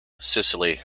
sicily